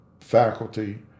faculty